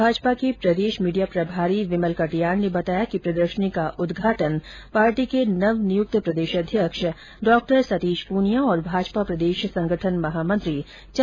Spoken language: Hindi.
भाजपा के प्रदेश मीडिया प्रभारी विमल कटियार ने बताया कि प्रदर्शनी का उदघाटन पार्टी के नवनियुक्त प्रदेशाध्यक्ष डॉ सतीश पूनियां औरं भाजपा प्रदेश संगठन महामंत्री चन्द्रशेखर करेंगे